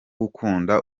gukunda